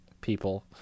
people